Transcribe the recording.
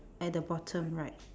at the bottom right